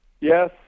Yes